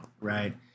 right